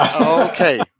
Okay